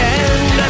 end